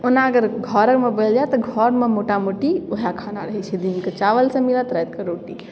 ओना अगर घरेमे तऽ घरमे मोटामोटी वएहे खाना रहै छै दिन कऽ चावल सब मिलत राति कऽ रोटी